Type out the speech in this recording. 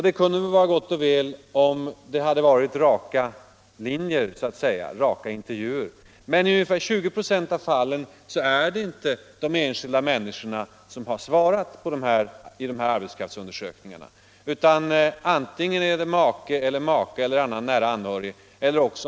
Det kunde vara gott och väl om det hade varit raka intervjuer, men i ungefär 20 96 av fallen är det inte de enskilda människorna som har svarat i dessa arbetskraftsundersökningar, utan det är ofta make, maka eller annan nära anhörig som svarat.